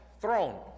throne